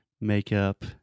makeup